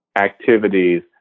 activities